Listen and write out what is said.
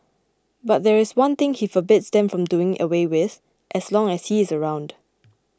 but there is one thing he forbids them from doing away with as long as he is around